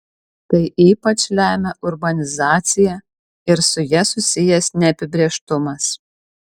tai ypač lemia urbanizacija ir su ja susijęs neapibrėžtumas